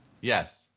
Yes